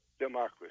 democracy